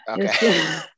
Okay